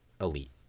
elite